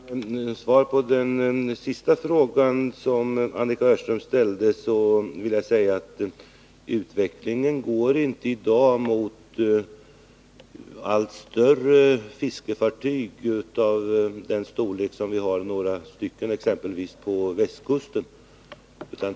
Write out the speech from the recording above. Herr talman! Som svar på den sista frågan som Annika Öhrström ställde vill jag säga att utvecklingen i dag inte går mot allt större fiskefartyg, t.ex. fartyg av den storlek som vi har några stycken av på exempelvis västkusten.